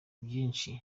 byinshi